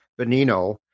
Benino